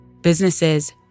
Businesses